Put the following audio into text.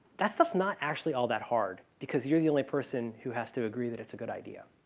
that stuff's not actually all that hard because you're the only person who has to agree that it's a good idea,